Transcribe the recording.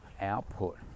output